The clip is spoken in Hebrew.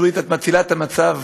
נורית, את מצילה את המצב,